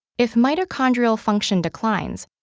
if mitochondrial function declines,